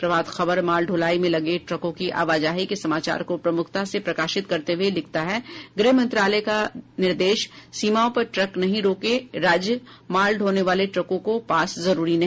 प्रभात खबर माल ढुलाई में लगे ट्रकों की आवाजाही के समाचार को प्रमुखता से प्रकाशित करते हुये लिखता है गृह मंत्रालय का निर्देश सीमाओं पर ट्रक नहीं रोके राज्य माल ढ़ोने वाले ट्रकों को पास जरूरी नहीं